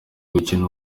gukina